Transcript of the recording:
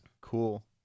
cool